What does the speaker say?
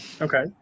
Okay